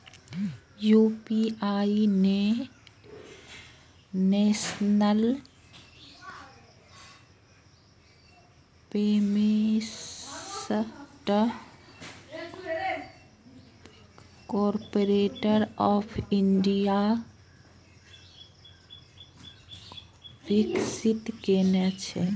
UPI कें National Payments Corporation of India विकसित केने छै